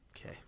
Okay